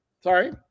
sorry